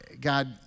God